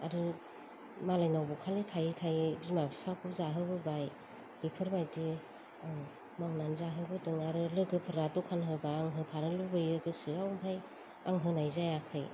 आरो मालायनाव बखालि थायै थायै बिमा बिफाखौ जाहोबोबाय बेफोरबायदि मावनानै जाहोबोदों आरो लोगोफोरा दखान होबा आं होफानो लुबैयो गोसोआव ओमफ्राय आं होनाय जायाखै